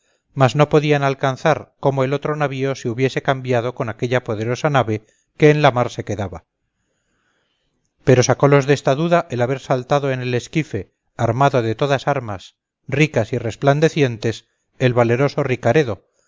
mas no podían alcanzar cómo el otro navío se hubiese cambiado con aquella poderosa nave que en la mar se quedaba pero sacólos desta duda el haber saltado en el esquife armado de todas armas ricas y resplandecientes el valeroso ricaredo